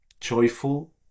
joyful